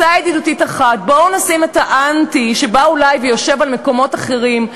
הצעה ידידותית אחת: בואו נשים בצד את האנטי שאולי יושב על מקומות אחרים,